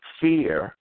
fear